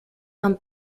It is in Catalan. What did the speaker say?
amb